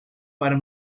para